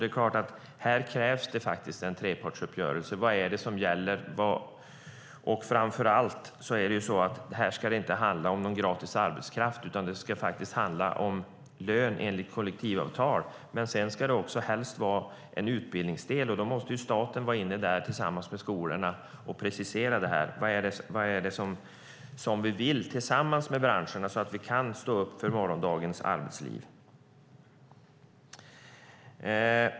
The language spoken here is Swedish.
Det är klart att det här krävs en trepartsuppgörelse för vad som gäller. Framför allt ska det i detta sammanhang inte handla om någon gratis arbetskraft utan om lön enligt kollektivavtal. Sedan ska det också helst vara en utbildningsdel. Då måste staten finnas med där tillsammans med skolorna och precisera detta och vad de vill tillsammans med branscherna så att vi kan stå upp för morgondagens arbetsliv.